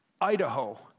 Idaho